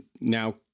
now